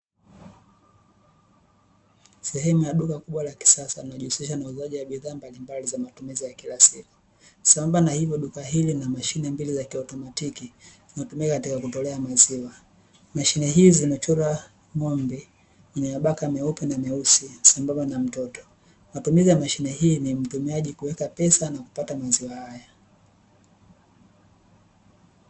Sehemu ya duka kubwa la kisasa, linalojihusisha na uuzaji wa bidhaa mbalimbali za matumizi ya kila siku, sambamba na hilo duka hili lina mashine mbili za kiotomatiki zinazotumika katika kutolea maziwa, mashine hizi zimechorwa ng'ombe mwenye mabaka meupe na meusi sambamba na mtoto. Matumizi ya mashine hii ni mtumiaji kuweka pesa na kupata maziwa haya.